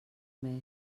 més